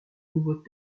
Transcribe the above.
nouveaux